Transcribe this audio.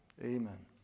Amen